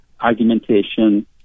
argumentation